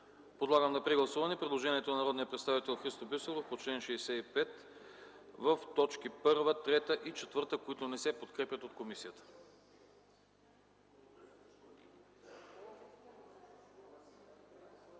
Подлагам на прегласуване предложението на народния представител Христо Бисеров по чл. 65, в точки 1, 3 и 4, които не се подкрепят от комисията.